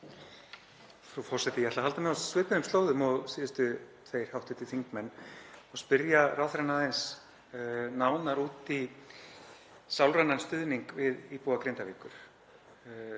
Frú forseti. Ég ætla að halda mig á svipuðum slóðum og síðustu tveir hv. þingmenn og spyrja ráðherrann aðeins nánar út í sálrænan stuðning við íbúa Grindavíkur,